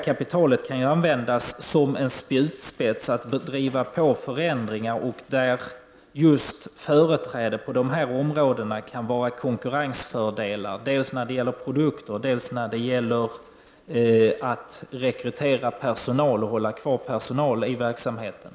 Kapitalet kan användas som en spjutspets för att driva på förändringar. Just företräde på dessa områden kan vara konkurrensfördelar dels när det gäller produkter, dels när det gäller att rekrytera personal och hålla kvar personal i verksamheten.